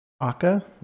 Aka